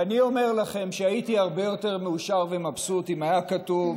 ואני אומר לכם שהייתי הרבה יותר מאושר ומבסוט אם היה כתוב